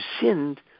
sinned